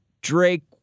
Drake